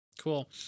cool